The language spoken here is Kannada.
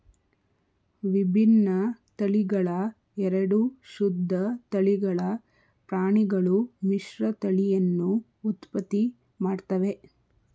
ವಿಭಿನ್ನ ತಳಿಗಳ ಎರಡು ಶುದ್ಧ ತಳಿಗಳ ಪ್ರಾಣಿಗಳು ಮಿಶ್ರತಳಿಯನ್ನು ಉತ್ಪತ್ತಿ ಮಾಡ್ತವೆ